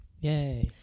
Yay